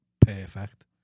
perfect